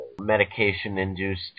medication-induced